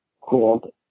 called